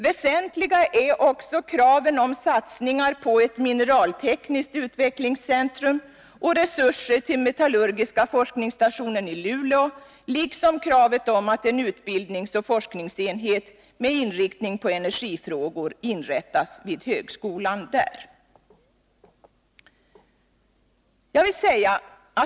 Väsentliga är också kraven om satsningar på ett mineraltekniskt utvecklingscentrum och resurser till metallurgiska forskningsstationen i Luleå liksom kravet att en utbildningsoch forskningsenhet med inriktning på energifrågor inrättas vid högskolan där.